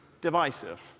divisive